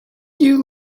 you